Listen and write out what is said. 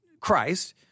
Christ